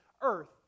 earth